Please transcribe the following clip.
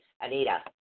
Anita